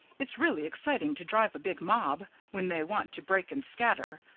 it's really exciting to drive a big mob, when they want to break and scatter.